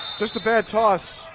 just a bad toss.